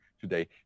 today